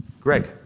Greg